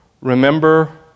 Remember